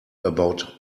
about